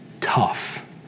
tough